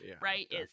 Right